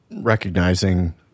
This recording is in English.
recognizing